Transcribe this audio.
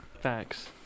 Facts